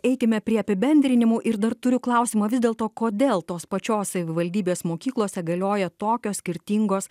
eikime prie apibendrinimų ir dar turiu klausimą vis dėlto kodėl tos pačios savivaldybės mokyklose galioja tokios skirtingos